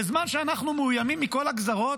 בזמן שאנחנו מאוימים מכל הגזרות,